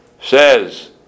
Says